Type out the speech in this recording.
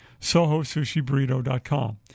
SohoSushiBurrito.com